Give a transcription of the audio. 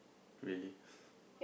really